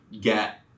get